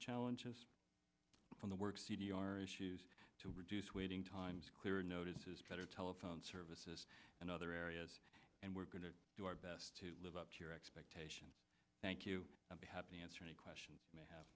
challenges from the work c d r issues to reduce waiting times clearer notices better telephone services and other areas and we're going to do our best to live up to your expectations thank you have to answer any questions may have